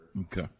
Okay